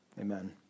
Amen